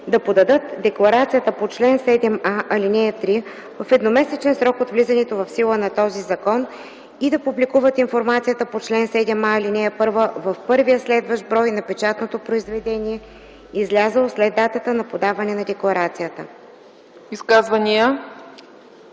да подадат декларацията по чл. 7а, ал. 3 в едномесечен срок от влизането в сила на този закон и да публикуват информацията по чл. 7а, ал. 1 в първия следващ брой на печатното произведение, излязъл след датата на подаване на декларацията.”